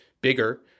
bigger